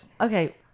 Okay